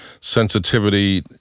sensitivity